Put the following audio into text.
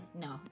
No